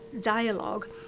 dialogue